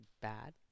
bad